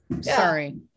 sorry